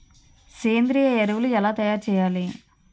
సేంద్రీయ ఎరువులు ఎలా తయారు చేయాలి?